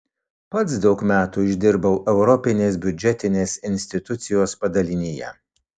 pats daug metų išdirbau europinės biudžetinės institucijos padalinyje